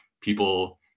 people